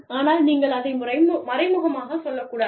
ஆனால் நீங்கள் அதை மறைமுகமாகச் சொல்ல முடியாது